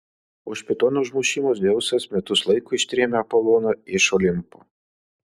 už pitono užmušimą dzeusas metus laiko ištrėmė apoloną iš olimpo